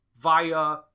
via